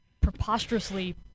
preposterously